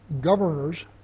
governors